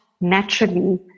naturally